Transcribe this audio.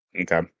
Okay